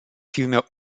vielmehr